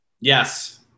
Yes